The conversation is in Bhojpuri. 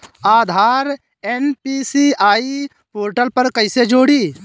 आधार एन.पी.सी.आई पोर्टल पर कईसे जोड़ी?